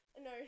no